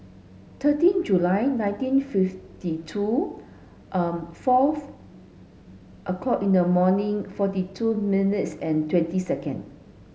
thirteen July nineteen fifty two fourth o'clock in the morning forty two minutes and twenty second